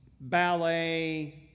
ballet